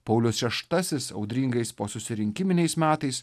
paulius šeštasis audringais posusirinkiminiais metais